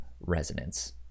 Resonance